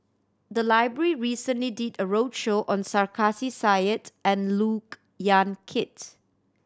the library recently did a roadshow on Sarkasi Said and Look Yan Kit